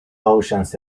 oceans